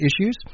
issues